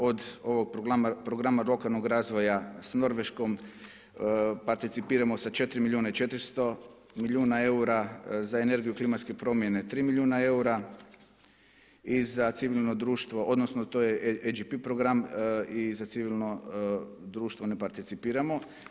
Od ovog Programa lokalnog razvoja sa Norveškom participiramo sa 4 milijuna i 400 milijuna eura, za energiju i klimatske promjene 3 milijuna eura i za civilno društvo, odnosno to je EGP program i za civilno društvo ne participiramo.